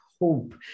hope